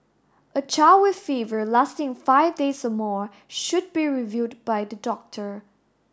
a child with fever lasting five days or more should be reviewed by the doctor